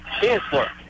Chancellor